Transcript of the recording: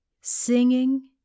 singing